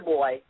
Boy